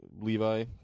Levi